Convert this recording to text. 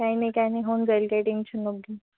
काय नाही काय नाही होऊन जाईल काही टेंशन नको घेऊ